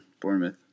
Bournemouth